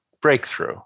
breakthrough